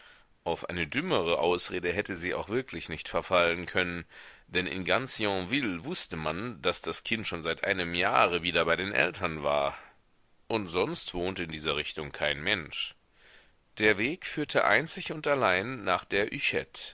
auf eine dümmere ausrede hätte sie auch wirklich nicht verfallen können denn in ganz yonville wußte man daß das kind schon seit einem jahre wieder bei den eltern war und sonst wohnte in dieser richtung kein mensch der weg führte einzig und allein nach der